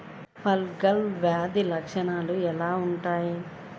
Fungal వ్యాధి లక్షనాలు ఎలా వుంటాయి?